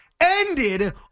Ended